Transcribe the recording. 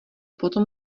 potom